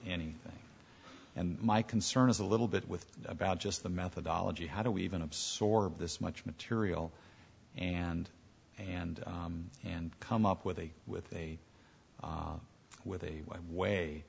any and my concern is a little bit with about just the methodology how do we even absorb this much material and and and come up with a with a with a way